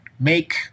make